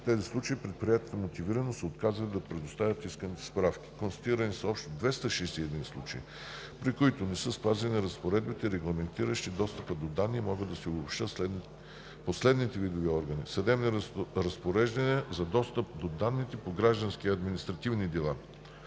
В тези случаи предприятията мотивирано са отказвали да предоставят исканите справки. Констатирани са общо 261 случая, при които не са спазени разпоредбите, регламентиращи достъпа до данни, и могат да се обобщят по следните видове и органи: 1. Съдебни разпореждания за достъп до данните по граждански и административни дела